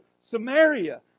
Samaria